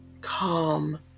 calm